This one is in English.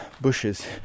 bushes